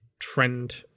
trend